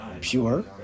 pure